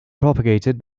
propagated